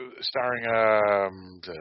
starring